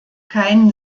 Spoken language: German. keinen